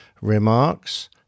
Remarks